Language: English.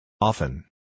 Often